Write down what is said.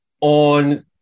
on